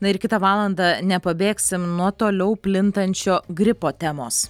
na ir kitą valandą nepabėgsim nuo toliau plintančio gripo temos